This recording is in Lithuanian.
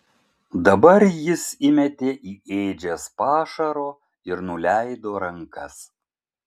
dabar jis įmetė į ėdžias pašaro ir nuleido rankas